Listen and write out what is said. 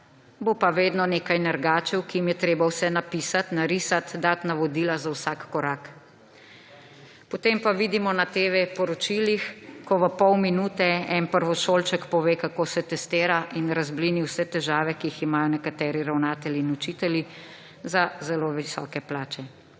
Bo pa vedno nekaj nergačev, ki jim je treba vse napisati, narisati, dati navodila za vsak korak. Potem pa vidimo na TV-poročilih, ko v pol minute en prvošolček pove, kako se testira, in razblini vse težave, ki jih imajo nekateri ravnatelji in učitelji za zelo visoke plače.